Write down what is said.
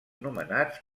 nomenats